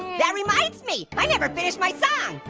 that reminds me. i never finished my song.